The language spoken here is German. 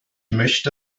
möchte